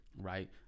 Right